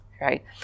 right